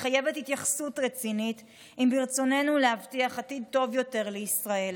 שמחייבת התייחסות רצינית אם ברצוננו להבטיח עתיד טוב יותר לישראל.